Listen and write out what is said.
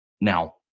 Now